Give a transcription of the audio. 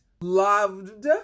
loved